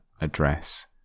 address